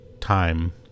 time